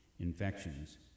infections